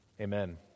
Amen